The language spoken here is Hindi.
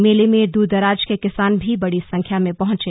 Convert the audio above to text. मेले में दूरदराज के किसान भी बड़ी संख्या में पहंचे